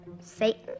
Satan